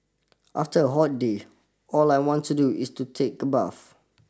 after a hot day all I want to do is to take a bath